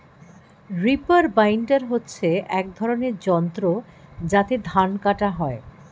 reaper binder হচ্ছে এক ধরনের যন্ত্র যাতে ধান কাটা হয়